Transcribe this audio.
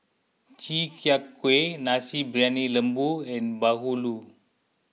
Chi Kak Kuih Nasi Briyani Lembu and Bahulu